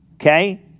okay